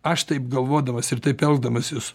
aš taip galvodamas ir taip elgdamasis